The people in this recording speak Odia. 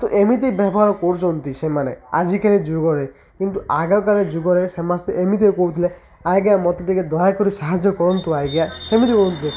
ତ ଏମିତି ବ୍ୟବହାର କରୁଚନ୍ତି ସେମାନେ ଆଜିକାଲି ଯୁଗରେ କିନ୍ତୁ ଆଗକାଳ ଯୁଗରେ ସମସ୍ତେ ଏମିତି କହୁଥିଲେ ଆଜ୍ଞା ମୋତେ ଟିକେ ଦୟାକରି ସାହାଯ୍ୟ କରନ୍ତୁ ଆଜ୍ଞା ସେମିତି କୁହନ୍ତୁ